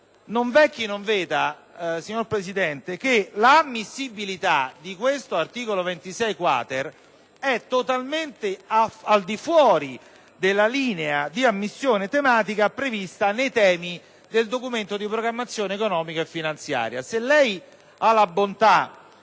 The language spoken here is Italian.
Non v’e chi non veda, signor Presidente, che l’ammissibilitadell’articolo 26-quater e totalmente al di fuori della linea di ammissione tematica prevista nei temi del Documento di programmazione economico-finanziaria.